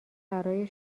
برای